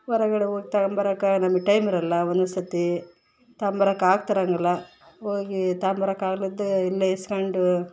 ಹೊರಗಡೆ ಹೋಗಿ ತಗೊಂಬರಾಕೆ ನಮ್ಗೆ ಟೈಮ್ ಇರೋಲ್ಲ ಒಂದೊಂದು ಸತೀ ತಗೊಂಬರಾಕ್ ಆಗ್ತಿರಂಗಿಲ್ಲ ಹೋಗಿ ತಗೊಂಬರಾಕ್ ಆಗ್ಲಿದ್ದೆ ಇಲ್ಲೇ ಇಸ್ಕೊಂಡು